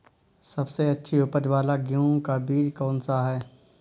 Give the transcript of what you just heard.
सबसे अच्छी उपज वाला गेहूँ का बीज कौन सा है?